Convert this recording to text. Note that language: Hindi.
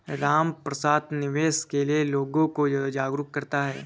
रामप्रसाद निवेश के लिए लोगों को जागरूक करता है